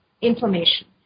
information